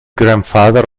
grandfather